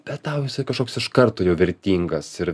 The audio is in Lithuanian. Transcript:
bet tau esi kažkoks iš karto jau vertingas ir